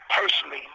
personally